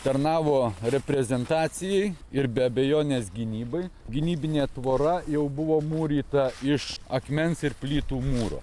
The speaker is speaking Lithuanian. tarnavo reprezentacijai ir be abejonės gynybai gynybinė tvora jau buvo mūryta iš akmens ir plytų mūro